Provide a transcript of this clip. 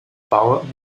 bouwen